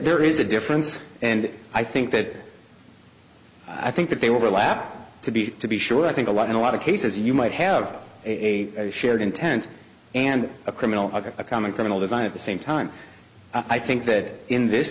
there is a difference and i think that i think that they were lap to be to be sure i think a lot in a lot of cases you might have a shared intent and a criminal a common criminal design of the same time i think that in this